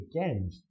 again